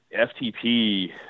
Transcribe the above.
FTP